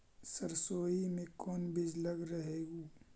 सरसोई मे कोन बीज लग रहेउ?